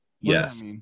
Yes